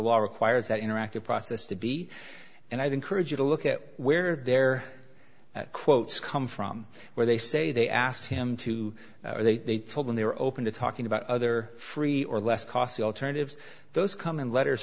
law requires that interactive process to be and i'd encourage you to look at where they're quotes come from where they say they asked him to or they told him they were open to talking about other free or less costly alternatives those come in letters